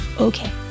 okay